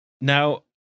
Now